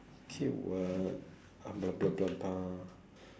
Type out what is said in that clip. okay [what] blah blah blah blah